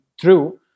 true